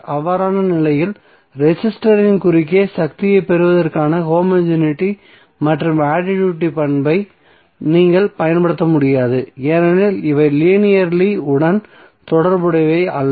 அவ்வாறான நிலையில் ரெசிஸ்டரின் குறுக்கே சக்தியைப் பெறுவதற்கான ஹோமோஜெனிட்டி மற்றும் அடிட்டிவிட்டி பண்பை நீங்கள் பயன்படுத்த முடியாது ஏனெனில் இவை லீனியர்லி உடன் தொடர்புடையவை அல்ல